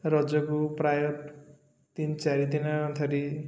ରଜକୁ ପ୍ରାୟ ତିନି ଚାରି ଦିନ ଧରି